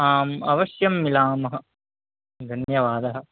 आम् अवश्यं मिलामः धन्यवादः